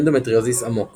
אנדומטריוזיס עמוק